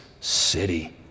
city